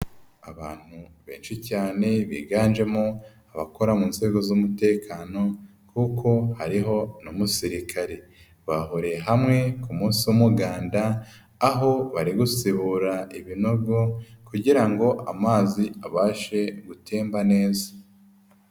Abantu benshi cyane biganjemo abakora mu nzego z'umutekano, kuko hariho n'umusirikare. Bahuriye hamwe ku munsi w'umuganda, aho bari gusibura ibinogo, kugira ngo amazi abashe gutemba neza.